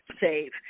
save